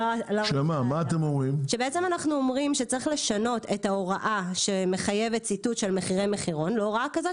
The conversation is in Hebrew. צריך לשנות את ההוראה שמחייבת ציטוט של מחירי מחירון להוראה כזאת